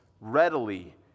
readily